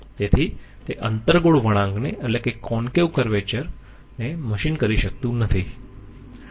તેથી તે અંતર્ગોળ વળાંકને મશીન કરી શકતું નથી